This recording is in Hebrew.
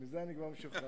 מזה אני כבר משוחרר.